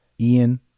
Ian